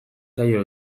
zaio